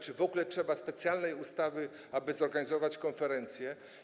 Czy w ogóle trzeba specjalnej ustawy, aby zorganizować konferencję?